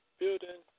building